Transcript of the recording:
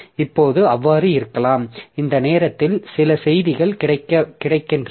இப்போது அவ்வாறு இருக்கலாம் இந்த நேரத்தில் சில செய்திகள் கிடைக்கின்றன